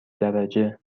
درجه